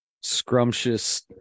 scrumptious